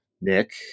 Nick